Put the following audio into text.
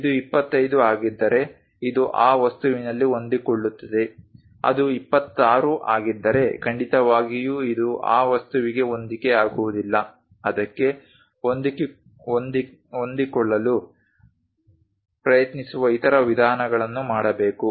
ಇದು 25 ಆಗಿದ್ದರೆ ಇದು ಆ ವಸ್ತುವಿನಲ್ಲಿ ಹೊಂದಿಕೊಳ್ಳುತ್ತದೆ ಅದು 26 ಆಗಿದ್ದರೆ ಖಂಡಿತವಾಗಿಯೂ ಇದು ಆ ವಸ್ತುವಿಗೆ ಹೊಂದಿಕೆಯಾಗುವುದಿಲ್ಲ ಅದಕ್ಕೆ ಹೊಂದಿಕೊಳ್ಳಲು ಪ್ರಯತ್ನಿಸುವ ಇತರ ವಿಧಾನಗಳನ್ನು ಮಾಡಬೇಕು